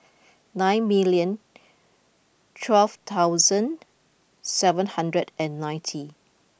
nine million twelve thousand seven hundred and ninety